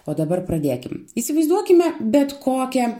o dabar pradėkim įsivaizduokime bet kokią